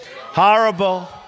Horrible